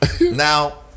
Now